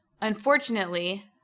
Unfortunately